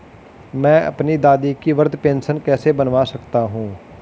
मैं अपनी दादी की वृद्ध पेंशन कैसे बनवा सकता हूँ?